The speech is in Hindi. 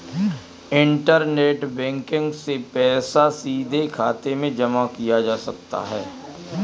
इंटरनेट बैंकिग से पैसा सीधे खाते में जमा किया जा सकता है